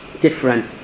different